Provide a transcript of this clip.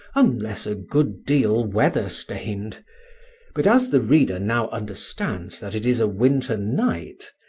unless a good deal weather-stained but as the reader now understands that it is a winter night,